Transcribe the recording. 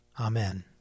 Amen